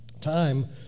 time